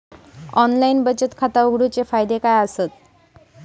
Online बचत खाता उघडूचे फायदे काय आसत?